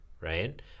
right